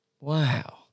Wow